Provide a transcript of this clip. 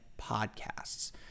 podcasts